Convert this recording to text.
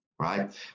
right